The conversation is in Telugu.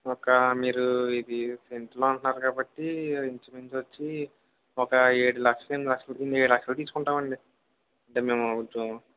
ఒక మీరు ఇదీ సెంటులో అంటన్నారు కాబట్టీ ఇంచుమించు వచ్చి ఒక ఏడు లక్షలు ఎనిమిది లక్షలు ఏడు లక్షలు తీసుకుంటామండి అంటే మేము కొంచం